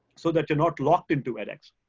so that you're not locked into edx.